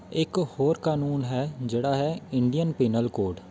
ਇੱਕ ਹੋਰ ਕਾਨੂੰਨ ਹੈ ਜਿਹੜਾ ਹੈ ਇੰਡੀਅਨ ਪੀਨਲ ਕੋਡ